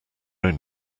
own